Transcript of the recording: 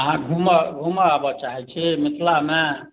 अहाँ घुमऽ घुमऽ आबऽ चाहैत छी मिथिलामे